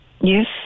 Yes